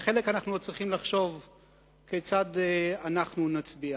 ועל חלק אנחנו עוד צריכים לחשוב כיצד אנו נצביע.